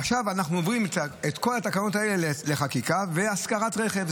עכשיו אנחנו מעבירים את כל התקנות האלה לחקיקה והשכרת רכב.